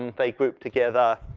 and they group together.